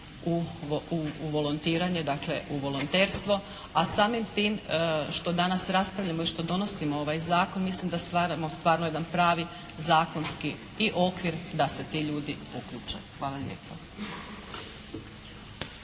u volontiranje, dakle u volonterstvo, a samim tim što danas raspravljamo i što donosimo ovaj zakon mislimo da stvaramo stvarno jedan pravi zakonski i okvir da se ti ljudi uključe. Hvala lijepo.